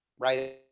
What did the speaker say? right